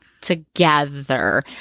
together